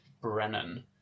Brennan